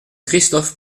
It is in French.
christophe